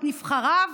את נבחריו,